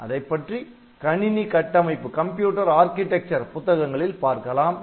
அதைப்பற்றி கணினி கட்டமைப்பு புத்தகங்களில் பார்க்கலாம்